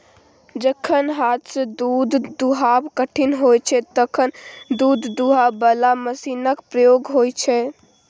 जखन हाथसँ दुध दुहब कठिन होइ छै तखन दुध दुहय बला मशीनक प्रयोग होइ छै